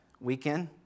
weekend